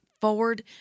forward